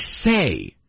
say